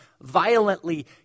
violently